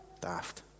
daft